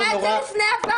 אז תראה את זה לפני הוועדה.